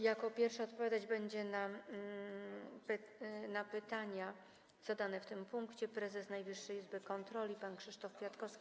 Jako pierwszy odpowiadać będzie na pytania zadane w tym punkcie prezes Najwyższej Izby Kontroli pan Krzysztof Kwiatkowski.